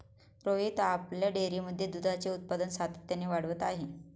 रोहित आपल्या डेअरीमध्ये दुधाचे उत्पादन सातत्याने वाढवत आहे